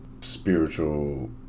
spiritual